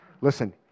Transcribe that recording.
Listen